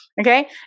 Okay